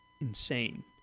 insane